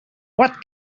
what